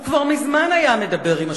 הוא כבר מזמן היה מדבר עם השובתים,